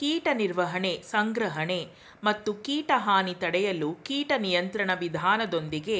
ಕೀಟ ನಿರ್ವಹಣೆ ಸಂಗ್ರಹಣೆ ಮತ್ತು ಕೀಟ ಹಾನಿ ತಡೆಯಲು ಕೀಟ ನಿಯಂತ್ರಣ ವಿಧಾನದೊಂದಿಗೆ